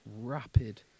rapid